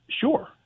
sure